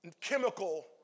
chemical